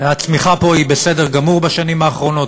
הצמיחה פה היא בסדר גמור בשנים האחרונות,